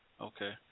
okay